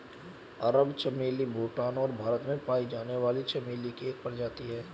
अरब चमेली भूटान और भारत में पाई जाने वाली चमेली की एक प्रजाति है